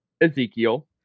Ezekiel